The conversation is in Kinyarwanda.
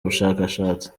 ubushakashatsi